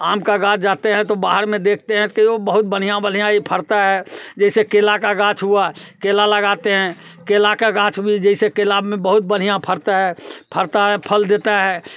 आम का गाछ जाते हैं तो बाहर में देखते हैं तो वो बहुत बढ़िया बढ़िया ये फरता है जैसे केला का गाछ हुआ केला लगाते हैं केला का गाछ भी जैसे केला में बहुत बढ़िया फरता है फरता है फल देता है